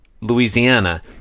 Louisiana